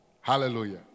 Hallelujah